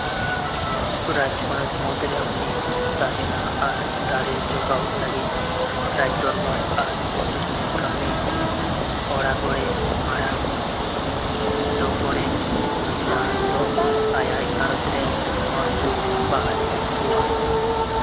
ᱨᱟᱡᱽ ᱯᱚᱱᱚᱛ ᱢᱩᱫᱽᱨᱮ ᱩᱱᱤ ᱛᱟᱦᱮᱱᱟ ᱟᱨ ᱫᱟᱲᱮ ᱡᱚᱜᱟᱣ ᱞᱟᱹᱜᱤᱫ ᱨᱟᱡᱽ ᱫᱚᱨᱵᱟᱨ ᱟᱨ ᱯᱨᱚᱥᱟᱥᱚᱱᱤᱠ ᱠᱟᱹᱢᱤ ᱚᱲᱟᱜᱨᱮ ᱢᱟᱨᱟᱝ ᱦᱩᱫᱟᱹ ᱠᱚᱨᱮ ᱱᱩᱨ ᱡᱟᱦᱟᱱ ᱫᱚ ᱟᱭᱟᱜ ᱜᱷᱟᱨᱚᱸᱡᱽ ᱨᱮᱱ ᱦᱚᱲ ᱠᱚᱭ ᱵᱟᱦᱟᱞ ᱞᱮᱫ ᱠᱚᱣᱟ